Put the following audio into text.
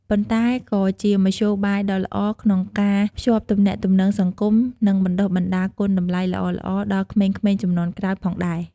ប៉ុន្តែក៏ជាមធ្យោបាយដ៏ល្អក្នុងការភ្ជាប់ទំនាក់ទំនងសង្គម និងបណ្ដុះបណ្ដាលគុណតម្លៃល្អៗដល់ក្មេងៗជំនាន់ក្រោយផងដែរ។